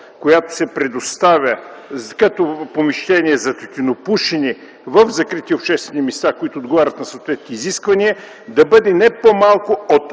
която се предоставя като помещение за тютюнопушене в закрити обществени места, които отговарят на съответните изисквания, да бъде не по-малко от